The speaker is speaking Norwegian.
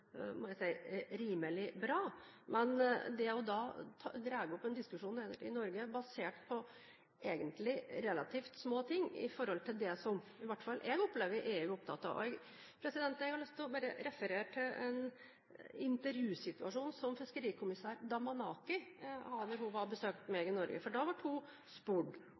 må jeg si, men dette er å dra opp en diskusjon i Norge basert på relativt små ting i forhold til det som i hvert fall jeg opplever at EU er opptatt av. Jeg har lyst til bare å referere til en intervjusituasjon som fiskerikommisær Damanaki hadde da hun var og besøkte meg i Norge. Man var bekymret for at lakseprisen var lav, og hun